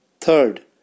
Third